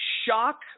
shock